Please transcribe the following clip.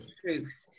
truth